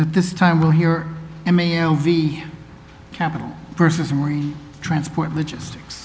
at this time we'll hear mam v capital versus marine transport logistics